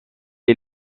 est